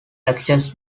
actions